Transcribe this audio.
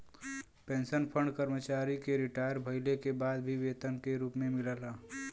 pension fund कर्मचारी के retire भइले के बाद भी वेतन के रूप में मिलला